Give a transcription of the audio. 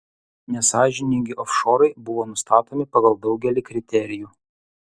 nesąžiningi ofšorai buvo nustatomi pagal daugelį kriterijų